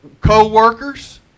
Co-workers